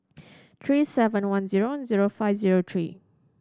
three seven one zero zero five zero three